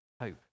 hope